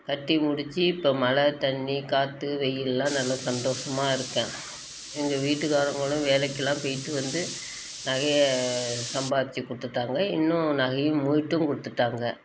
கட்டி முடித்து இப்போ மழை தண்ணி காற்று வெயிலாம் நல்ல சந்தோசமாக இருக்கேன் எங்கள் வீட்டுகாரவங்களும் வேலைக்கெலாம் போய்கிட்டு வந்து நகையை சம்பாதிச்சு கொடுத்துட்டாங்க இன்னும் நகையும் மீட்டும் கொடுத்துட்டாங்க